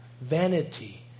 Vanity